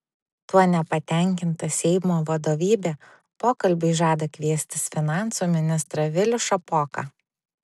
tuo nepatenkinta seimo vadovybė pokalbiui žada kviestis finansų ministrą vilių šapoką